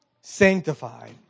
sanctified